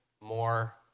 more